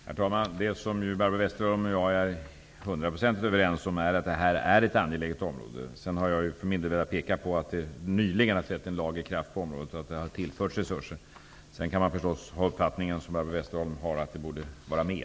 Herr talman! Det som Barbro Westerholm och jag är hundraprocentigt överens om är att det här är ett angeläget område. Jag för min del har velat peka på att en lag på området nyligen har trätt i kraft och att resurser har tillförts. Sedan kan man förstås ha den uppfattning som Barbro Westerholm har, nämligen att det borde vara mer.